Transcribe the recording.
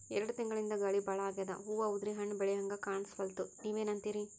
ಎರೆಡ್ ತಿಂಗಳಿಂದ ಗಾಳಿ ಭಾಳ ಆಗ್ಯಾದ, ಹೂವ ಉದ್ರಿ ಹಣ್ಣ ಬೆಳಿಹಂಗ ಕಾಣಸ್ವಲ್ತು, ನೀವೆನಂತಿರಿ?